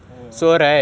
oh